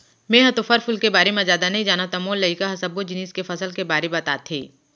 मेंहा तो फर फूल के बारे म जादा नइ जानव त मोर लइका ह सब्बो जिनिस के फसल के बारे बताथे